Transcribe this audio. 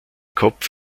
kopf